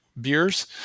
beers